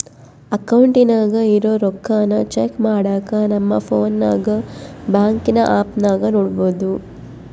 ಅಕೌಂಟಿನಾಗ ಇರೋ ರೊಕ್ಕಾನ ಚೆಕ್ ಮಾಡಾಕ ನಮ್ ಪೋನ್ನಾಗ ಬ್ಯಾಂಕಿನ್ ಆಪ್ನಾಗ ನೋಡ್ಬೋದು